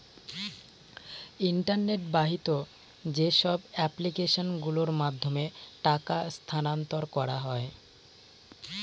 internet বাহিত যেসব application গুলোর মাধ্যমে টাকা স্থানান্তর করা হয়